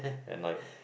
and like